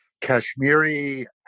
kashmiri